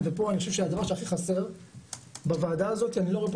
ופה אני חושב שהדבר שהכי חסר בוועדה הזאת אני לא רואה פה